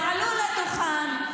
תעלו לדוכן,